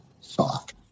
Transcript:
soft